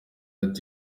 ati